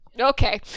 okay